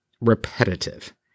repetitive